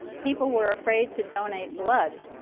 people were afraid to donate blood.